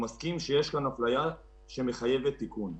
שהוא מסכים שיש כאן אפליה שמחייבת תיקון.